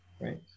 right